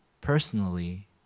personally